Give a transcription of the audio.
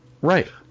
Right